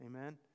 Amen